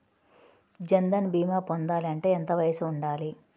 జన్ధన్ భీమా పొందాలి అంటే ఎంత వయసు ఉండాలి?